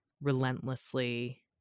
relentlessly